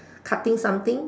cutting something